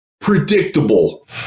predictable